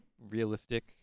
realistic